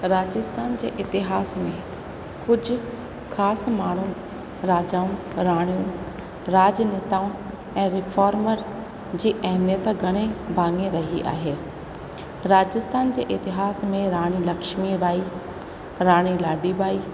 राजस्थान जे इतिहास में कुझु ख़ासि माण्हू राजाऊं राणियूं राजनेताऊं ऐं रिफोर्मर जी अहमियत घणे भाङे रही आहे राजस्थान जे इतिहास में राणी लक्ष्मी बाई राणी लाडी बाई